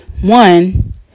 One